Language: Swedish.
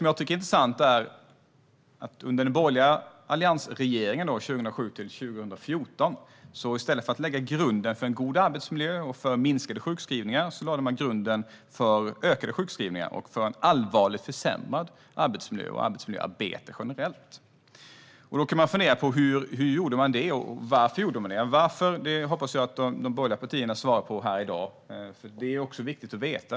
Jag tycker att det är intressant att alliansregeringen 2007-2014 i stället för att lägga grunden för en god arbetsmiljö och för minskade sjukskrivningar lade grunden för ökade sjukskrivningar och en allvarligt försämrad arbetsmiljö och ett försämrat arbetsmiljöarbete generellt. Man kan fundera på hur och varför de gjorde det. Frågan om varför hoppas jag att de borgerliga partierna svarar på här i dag. Det är viktigt att få veta detta.